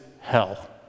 hell